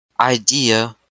idea